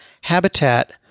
habitat